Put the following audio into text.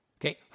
Okay